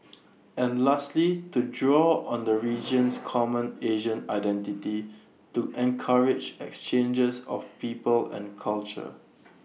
and lastly to draw on the region's common Asian identity to encourage exchanges of people and culture